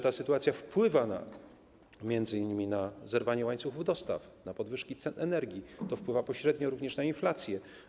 Ta sytuacja wpływa m.in. na zerwanie łańcuchów dostaw, na podwyżki cen energii, wpływa pośrednio również na inflację.